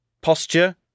posture